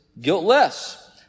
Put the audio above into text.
guiltless